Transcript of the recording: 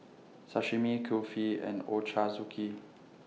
Sashimi Kulfi and Ochazuke